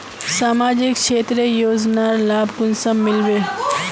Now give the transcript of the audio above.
सामाजिक क्षेत्र योजनार लाभ कुंसम मिलबे?